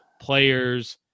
players